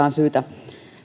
on syytä